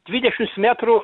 dvidešims metrų